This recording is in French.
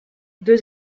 deux